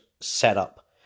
setup